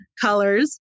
colors